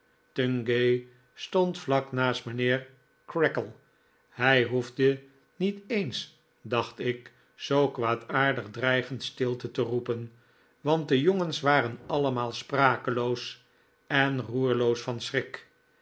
tungay stond vlak naast mijnheer creakle hij hoefde taiet eens dacht ik zoo kwaadaardig dreigend stilte te roepen want de jongens waren allemaal sprakeloos en roerloos van schrik